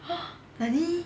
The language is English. !huh! nani